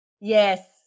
yes